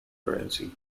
currency